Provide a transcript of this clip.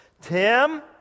Tim